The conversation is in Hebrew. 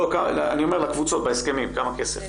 אני אומר בהסכמים לקבוצות כמה כסף?